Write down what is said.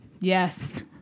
Yes